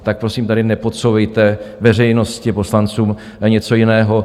Tak prosím tady nepodsouvejte veřejnosti a poslancům něco jiného.